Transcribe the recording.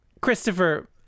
Christopher